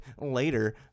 later